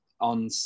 On